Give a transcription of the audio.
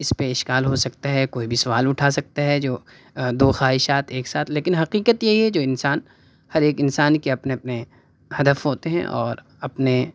اس پہ اشکال ہو سکتا ہے کوئی بھی سوال اٹھا سکتا ہے جو دو خواہشات ایک ساتھ لیکن حقیقت یہی ہے جو انسان ہر ایک انسان کے اپنے اپنے ہدف ہوتے ہیں اور اپنے